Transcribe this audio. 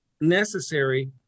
necessary